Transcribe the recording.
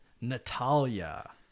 Natalia